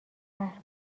قهر